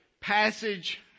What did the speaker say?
passage